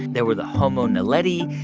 there were the homo naledi,